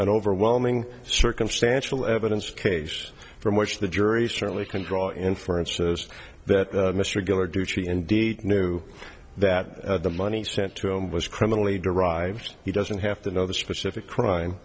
an overwhelming circumstantial evidence case from which the jury certainly can draw inferences that mr geller do indeed know that the money sent to him was criminally derived he doesn't have to know the specific crime